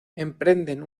emprenden